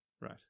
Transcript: Right